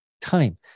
time